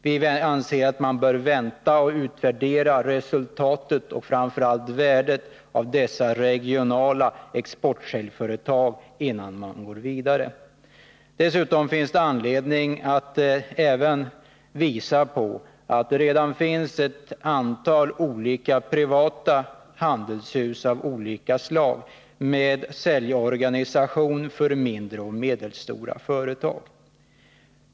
Vi anser att man bör vänta och utvärdera resultatet och framför allt värdet av dessa regionala exportsäljföretag, innan man går vidare. Dessutom finns det anledning att även visa på att det redan finns ett antal privata handelshus av olika slag med säljorganisation för mindre och medelstora företag.